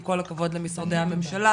עם כל הכבוד למשרדי הממשלה,